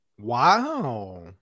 Wow